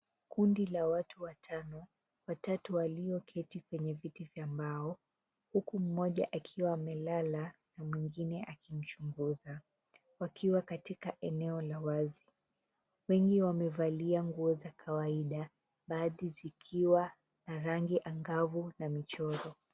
Kundi la watu watano, watatu walioketi kwenye viti vya mbao. Huku mmoja akiwa amelala na mwingine akimchunguza wakiwa katika eneo la wazi. Wengi wamevalia nguo za kawaida, baadhi zikiwa na rangi angavu na michoro.